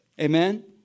Amen